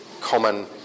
common